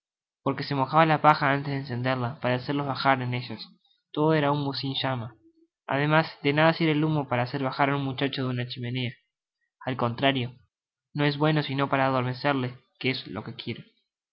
porque se mojaba la paja antes de encenderla para hacerlos bajar de ellasdijo gamfield todo era humo sin llama además de nada sirve el humo para hacer bajar un muchacho de una chimenea al contrario no es bueno sino para adormecerle que es lo que quiere